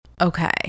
Okay